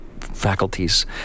faculties